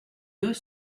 deux